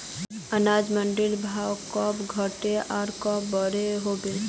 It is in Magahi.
अनाज मंडीर भाव कब घटोहो आर कब बढ़ो होबे?